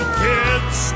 kids